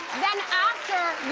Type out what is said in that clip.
then after,